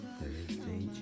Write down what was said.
Thursday